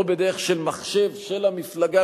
או בדרך של מחשב של המפלגה,